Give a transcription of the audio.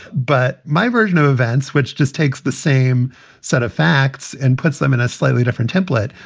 but my version of events, which just takes the same set of facts and puts them in a slightly different template,